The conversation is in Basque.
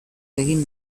egin